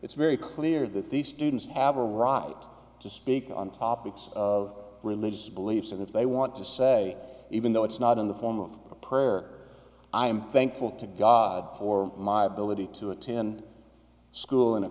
it's very clear that the students have a right to speak on topics of religious beliefs and if they want to say even though it's not in the form of a prayer i am thankful to god for my ability to attend school in a